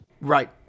right